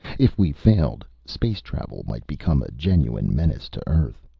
if we failed, space travel might become a genuine menace to earth.